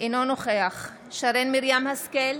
אינו נוכח שרן מרים השכל,